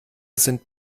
sind